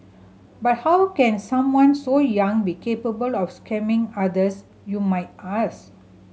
but how can someone so young be capable of scamming others you might ask